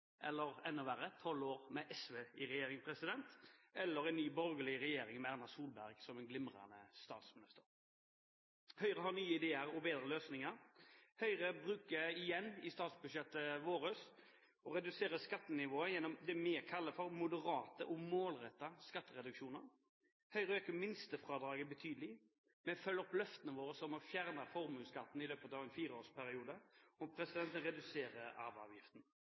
eller en ny borgerlig regjering med Erna Solberg som en glimrende statsminister. Høyre har nye ideer og bedre løsninger. Høyre reduserer igjen i sitt statsbudsjett skattenivået gjennom det vi kaller for moderate og målrettede skattereduksjoner. Høyre øker minstefradraget betydelig, vi følger opp våre løfter om å fjerne formuesskatten i løpet av en fireårsperiode, og vi reduserer arveavgiften.